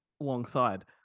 alongside